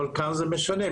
אבל כאן זה משנה,